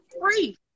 free